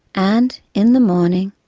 and, in the morning,